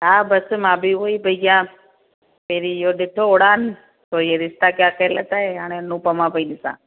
हा बसि मां बि उहेई पई कयां पहिरीं इयो ॾिठो उड़ान पोइ ये रिश्ता क्या कहलाता है हाणे अनुपमा पई ॾिसां